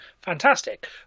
fantastic